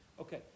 Okay